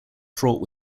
fraught